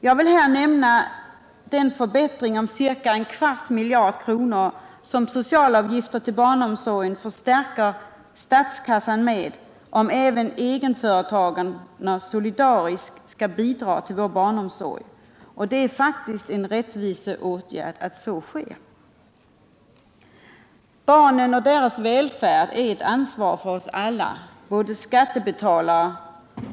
Jag vill här nämna den förbättring om ca en kvarts miljard kronor som socialavgifter till barnomsorgen förstärker statskassan med, om även egenföretagarna solidariskt bidrar till vår barnomsorg. Det är en rättviseåtgärd att så sker. Barnen och deras välfärd är ett ansvar för alla skattebetalare.